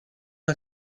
una